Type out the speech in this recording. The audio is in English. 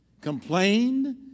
Complained